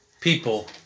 people